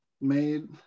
made